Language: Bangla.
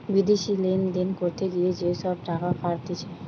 বিদেশি লেনদেন করতে গিয়ে যে সব টাকা কাটতিছে